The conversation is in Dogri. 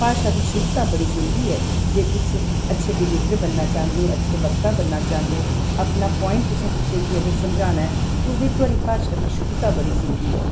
भाशा दी शुद्धता बड़ी जरूरी ऐ जे तुस अच्छे डिबेटर बनना चांह्दे हो अच्छा वक्ता बनना चांह्दे हो अपना प्वाइंट अगर तुसें कुसै गी समझाना ऐ तां एह्दे च तुंदी भाशा दी शुद्धता बड़ी जरूरी ऐ